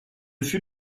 fut